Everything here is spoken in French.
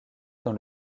dans